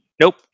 Nope